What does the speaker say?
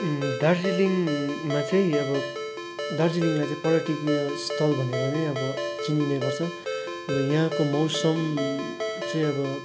दार्जिलिङमा चाहिँ अब दार्जिलिङलाई चाहिँ पर्यटकीय स्थल भनेर नै अब चिनिने गर्छ अब यहाँको मौसम चाहिँ अब